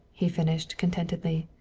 he finished contentedly.